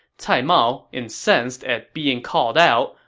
cai mao, incensed at being called out,